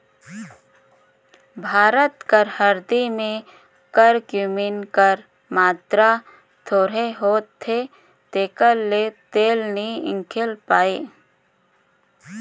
भारत कर हरदी में करक्यूमिन कर मातरा थोरहें होथे तेकर ले तेल नी हिंकेल पाए